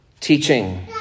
teaching